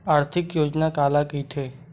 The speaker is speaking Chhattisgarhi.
आर्थिक योजना काला कइथे?